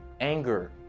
anger